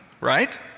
right